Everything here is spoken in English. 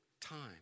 time